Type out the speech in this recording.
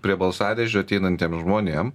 prie balsadėžių ateinantiem žmonėm